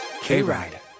K-Ride